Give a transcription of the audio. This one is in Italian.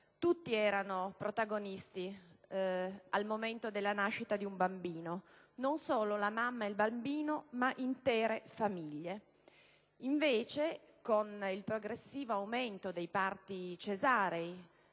Tutti erano protagonisti al momento della nascita di un bambino, non solo la mamma e il bambino ma intere famiglie. Il progressivo aumento dei parti cesarei